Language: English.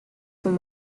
from